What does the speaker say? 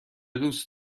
دوست